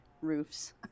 roofs